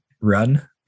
run